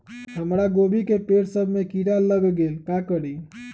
हमरा गोभी के पेड़ सब में किरा लग गेल का करी?